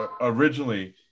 originally